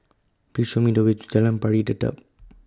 Please Show Me The Way to Jalan Pari Dedap